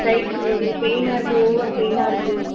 வயிற்று வலி பெய்ன்னாருக்கு ஓவர் பெய்ன்னாருக்கு